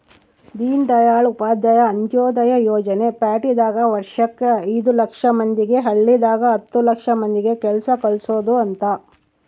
ದೀನ್ದಯಾಳ್ ಉಪಾಧ್ಯಾಯ ಅಂತ್ಯೋದಯ ಯೋಜನೆ ಪ್ಯಾಟಿದಾಗ ವರ್ಷಕ್ ಐದು ಲಕ್ಷ ಮಂದಿಗೆ ಹಳ್ಳಿದಾಗ ಹತ್ತು ಲಕ್ಷ ಮಂದಿಗ ಕೆಲ್ಸ ಕಲ್ಸೊದ್ ಅಂತ